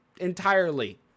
Entirely